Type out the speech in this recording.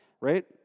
Right